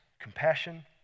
compassion